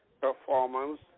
performance